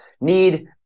need –